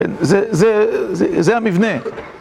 זה זה זה המבנה.